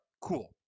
Cool